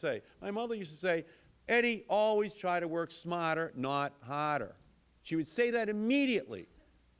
say my mother used to say eddy always try to work smarter not harder she would say that immediately